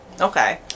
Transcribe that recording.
Okay